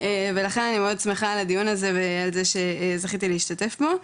ולכן אני מאוד שמחה על הדיון הזה ועל זה שזכיתי להשתתף בו.